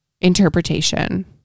interpretation